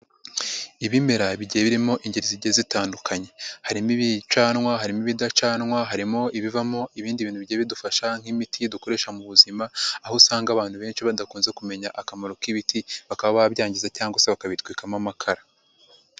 Ibimera bigiye birimo ingeri zigiye zitandukanye: harimo ibicanwa, harimo ibidacanwa, harimo ibivamo ibindi bintu bigiye bidufasha nk'imiti dukoresha mu buzima, aho usanga abantu benshi badakunze kumenya akamaro k'ibiti bakaba babyangiza cyangwa se bakabitwikamo amakara.